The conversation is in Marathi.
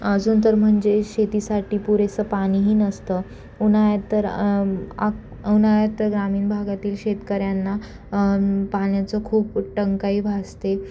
अजून तर म्हणजे शेतीसाठी पुरेसं पाणीही नसतं उन्हाळ्यात तर आ उन्हाळ्यात ग्रामीण भागातील शेतकऱ्यांना पाण्याचं खूप टंचाई भासते